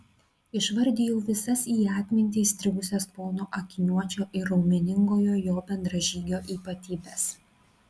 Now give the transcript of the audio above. išvardijau visas į atmintį įstrigusias pono akiniuočio ir raumeningojo jo bendražygio ypatybes